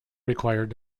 required